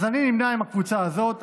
אז אני נמנה עם הקבוצה הזאת,